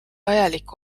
vajalik